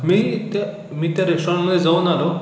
मी त्या मी त्या रेस्टॉरंटमध्ये जाऊन आलो